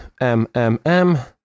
MMM